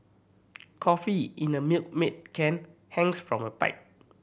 coffee in a Milkmaid can hangs from a pipe